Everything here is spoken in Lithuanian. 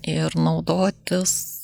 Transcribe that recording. ir naudotis